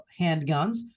handguns